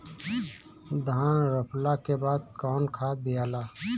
धान रोपला के बाद कौन खाद दियाला?